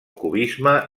cubisme